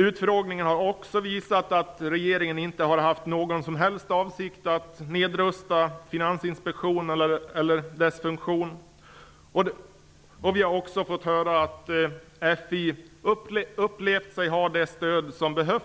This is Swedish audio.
Utfrågningarna har också visat att regeringen inte har haft någon som helst avsikt att nedrusta Finansinspektionen eller begränsa dess funktion, och vi har också fått höra att man inom Finansinspektionen har upplevt sig ha det stöd man behöver